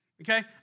Okay